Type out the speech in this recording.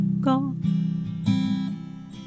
gone